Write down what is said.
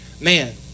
man